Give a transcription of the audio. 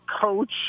coach